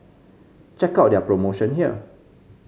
check out their promotion here